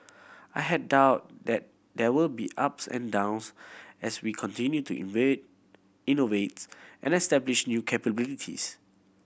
I have doubt that there will be ups and downs as we continue to innovates and establish new capabilities